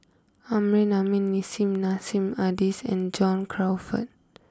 Amrin Amin Nissim Nassim Adis and John Crawfurd